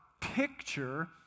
picture